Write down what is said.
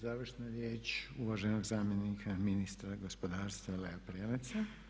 Završnu riječ uvaženog zamjenika ministra gospodarstva Lea Preleca.